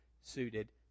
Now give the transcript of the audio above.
suited